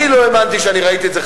אני לא האמנתי כשאני ראיתי את זה,